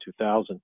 2000